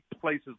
places